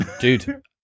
dude